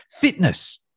fitness